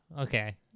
Okay